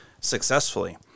successfully